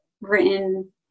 written